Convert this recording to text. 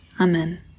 Amen